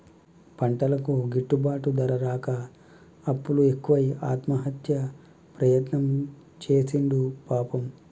పంటలకు గిట్టుబాటు ధర రాక అప్పులు ఎక్కువై ఆత్మహత్య ప్రయత్నం చేసిండు పాపం